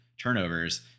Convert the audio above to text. turnovers